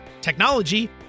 technology